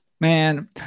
Man